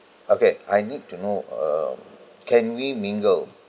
okay I need to know um can we mingle